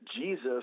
Jesus